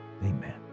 Amen